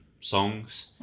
songs